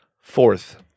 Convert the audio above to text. fourth